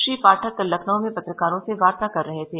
श्री पाठक कल लखनऊ में पत्रकारों से वार्ता कर रहे थे